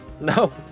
No